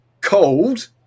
cold